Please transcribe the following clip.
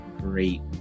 great